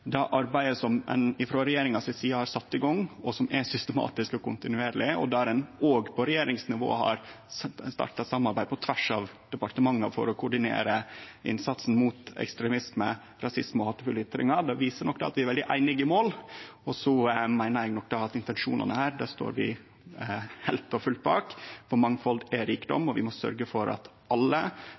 arbeidet som ein frå regjeringa si side har sett i gang, som er systematisk og kontinuerleg, og der ein òg på regjeringsnivå har starta samarbeid på tvers av departementa for å koordinere innsatsen mot ekstremisme, rasisme og hatefulle ytringar, viser at vi nok er veldig einige i mål. Intensjonane her står vi heilt og fullt bak, for mangfald er rikdom, og vi må sørgje for at alle